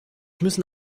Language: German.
müssen